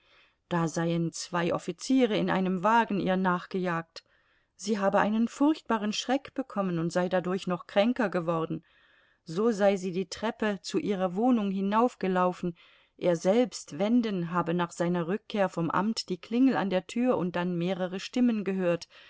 da seien zwei offiziere in einem wagen ihr nachgejagt sie habe einen furchtbaren schreck bekommen und sei dadurch noch kränker geworden so sei sie die treppe zu ihrer wohnung hinaufgelaufen er selbst wenden habe nach seiner rückkehr vom amt die klingel an der tür und dann mehrere stimmen gehört